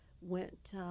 went